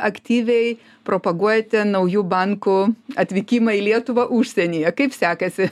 aktyviai propaguojate naujų bankų atvykimą į lietuvą užsienyje kaip sekasi